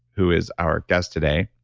who is our guest today,